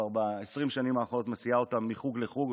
ב-20 השנים האחרונות היא מסיעה אותן מחוג לחוג,